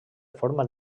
forma